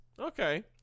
Okay